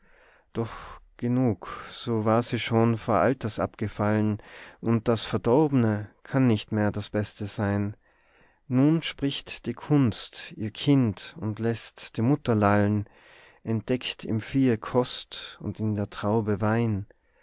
doch gnug so war sie schon vor alters abgefallen und das verdorbne kann nicht mehr das beste sein nun spricht die kunst ihr kind und lässt die mutter lallen entdeckt im viehe kost und in der traube wein